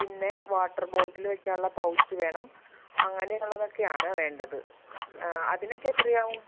പിന്നെ water bottle വയ്ക്കാനുള്ള pouch വേണം അങ്ങനെയുള്ളതൊക്കെയാണ് വേണ്ടത് അതിനൊക്കെ എത്രയാവും